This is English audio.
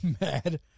mad